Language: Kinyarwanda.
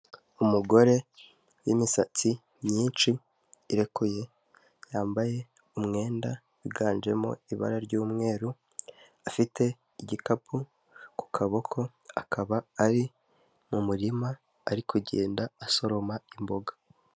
Umugore w'imisatsi myinshi irekuye yambaye umwenda wiganjemo ibara ry'umweru afite igikapu ku kaboko akaba ari mu murima ari kugenda asoroma imboga.